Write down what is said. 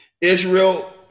Israel